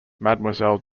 mademoiselle